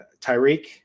tyreek